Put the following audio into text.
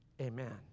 amen